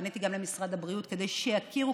פניתי גם למשרד הבריאות כדי שיכירו,